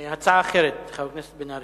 הצעה אחרת, חבר הכנסת בן-ארי.